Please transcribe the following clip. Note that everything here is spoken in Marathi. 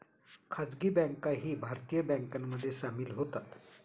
खासगी बँकाही भारतीय बँकांमध्ये सामील होतात